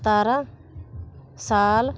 ਸਤਾਰ੍ਹਾਂ ਸਾਲ